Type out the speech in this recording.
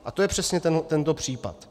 A to je přesně tento případ.